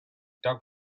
doug